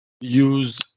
use